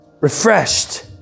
Refreshed